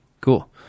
Cool